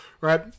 right